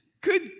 good